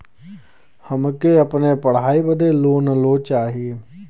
हमके अपने पढ़ाई बदे लोन लो चाही?